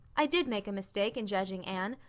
i did make a mistake in judging anne,